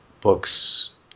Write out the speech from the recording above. books